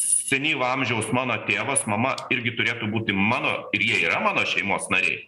senyvo amžiaus mano tėvas mama irgi turėtų būti mano ir jie yra mano šeimos nariai